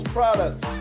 Products